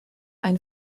ein